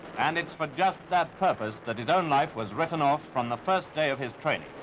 and it's for just that purpose that his own life was written off from the first day of his training.